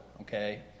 Okay